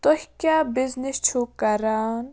تُہۍ کیٛاہ بِزنِس چھُو کَران